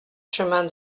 chemin